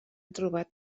trobat